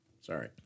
sorry